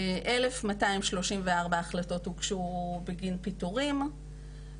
1,234 בקשות הוגשו בגין פיטורין,